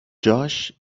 جاش